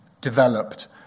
developed